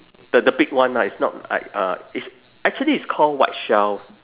the the big one lah it's not like uh it's actually it's called white shell